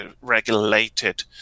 regulated